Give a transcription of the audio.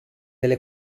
delle